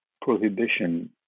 prohibition